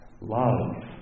love